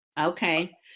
Okay